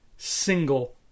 single